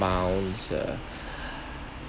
miles uh